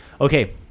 Okay